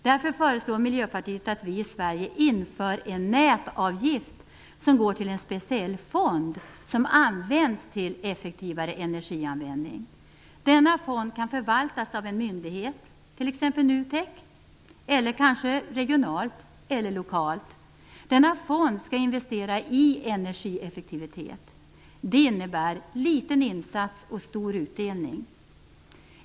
Därför föreslår Miljöpartiet att vi i Sverige inför en nätavgift som går till en speciell fond som används till effektivare energianvändning. Denna fond kan förvaltas av en myndighet, kanske NUTEK eller kanske regionalt eller lokalt. Fonden skall investera i energieffektivitet. Det innebär liten insats och stor utdelning.